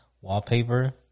wallpaper